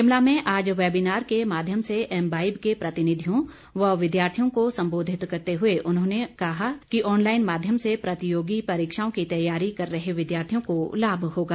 शिमला में आज वेबिनार के माध्यम से एम्बाईब के प्रतिनिधियों व विद्यार्थियों को संबोधित करते हुए उन्होंने कहा कि ऑनलाईन माध्यम से प्रतियोगी परीक्षाओं की तैयारी कर रहे विद्यार्थियों को लाभ होगा